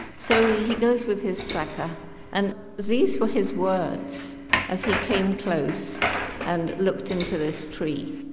so he goes with his tracker and these were his words as he came close and looked into this tree,